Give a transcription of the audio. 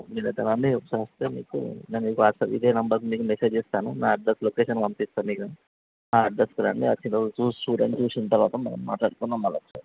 మీరు అయితే రండి ఒకసారి వస్తే మీకు దానికి వాట్సాప్ ఇదే నంబర్ మీకు మెసేజ్ చేస్తాను నా అడ్రస్ లోకేషన్ పంపిస్తాను మీకు ఆ అడ్రస్కి రండి వచ్చిన రోజు చూసి చూడండి చూసిన తరువాత మనం మాట్లాడుకుందాము మళ్ళీ ఒకసారి